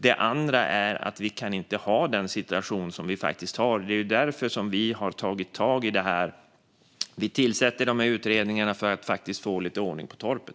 En annan grund är att vi inte kan ha den situation som vi faktiskt har. Vi har därför tagit tag i detta och tillsätter utredningarna för att faktiskt få lite ordning på torpet.